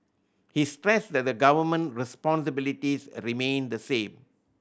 he stressed that the Government responsibilities remain the same